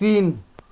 तिन